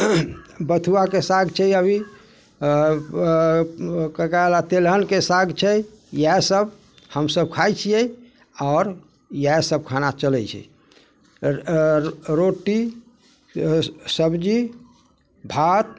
बथुआके साग छै अभी ककरा तेलहनके साग छै इएहसब हमसब खाइ छिए आओर इएहसब खाना चलै छै रोटी सब्जी भात